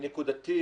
נקודתית,